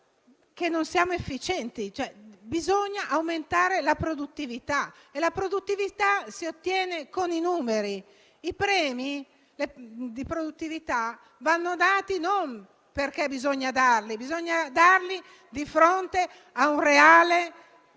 non siamo efficienti. Bisogna aumentare la produttività e la produttività la si ottiene con i numeri; i premi di produttività vanno dati non perché bisogna darli, ma a fronte di un reale